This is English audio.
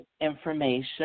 information